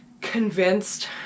convinced